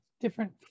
different